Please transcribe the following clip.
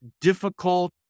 Difficult